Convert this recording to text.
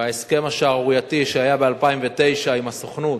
וההסכם השערורייתי שהיה ב-2009 עם הסוכנות,